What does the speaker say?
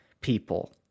people